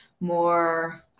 more –